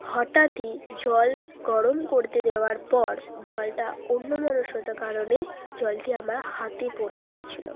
হঠাৎই জল গরম করতে দেওয়ার পর জলটা অন্যমনস্কতার কারণে জলটি আমার হাতে পড়ে গিয়েছিল